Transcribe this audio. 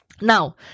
Now